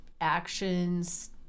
actions